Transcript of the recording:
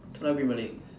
tonight premier league